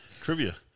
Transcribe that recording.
Trivia